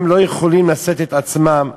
לא יכולים לשאת את עצמם.